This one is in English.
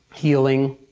healing,